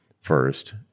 first